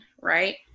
right